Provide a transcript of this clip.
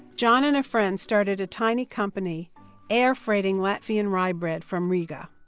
john and a friend started a tiny company airfreighting latvian rye bread from riga.